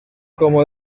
como